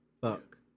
Fuck